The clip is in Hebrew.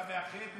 אתה מאחד,